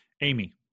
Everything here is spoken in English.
Amy